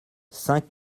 saint